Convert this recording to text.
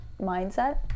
mindset